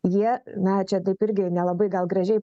jie na čia taip irgi nelabai gal gražiai